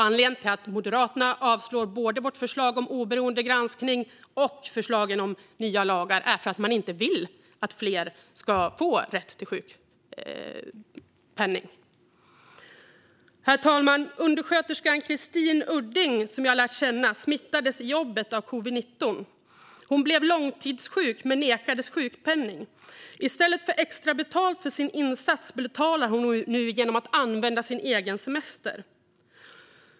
Anledningen till att Moderaterna avstyrker både vårt förslag om oberoende granskning och förslagen om nya lagar är att man inte vill att fler ska få rätt till sjukpenning. Herr talman! Undersköterskan Christine Udding, som jag har lärt känna, smittades med covid-19 i jobbet. Hon blev långtidssjuk men nekades sjukpenning. I stället för att få extra betalt för sin insats betalar hon nu genom att använda sin egen semester.